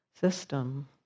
system